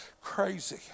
crazy